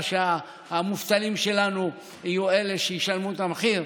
שהמובטלים שלנו יהיו אלה שישלמו את המחיר,